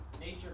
Nature